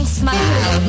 smile